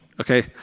okay